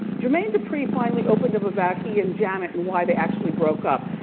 jermaine dupri finally opened up about he and janet and why they actually broke up.